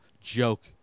joke